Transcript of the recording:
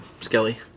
skelly